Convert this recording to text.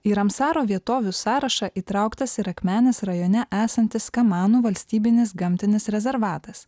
į ramsaro vietovių sąrašą įtrauktas ir akmenės rajone esantis kamanų valstybinis gamtinis rezervatas